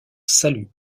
salut